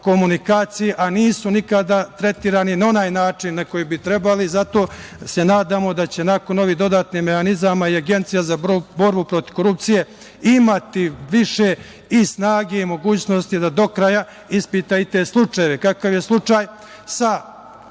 a nisu nikada tretirane na onaj način na koji bi trebalo. Zato se nadamo da će nakon ovih dodatnih mehanizama i Agencija za borbu protiv korupcije imati više i snage i mogućnosti da do kraja ispita i te slučajeve, kakav je slučaj sa